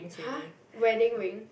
!huh! wedding ring